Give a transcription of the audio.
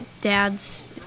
dads